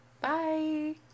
Bye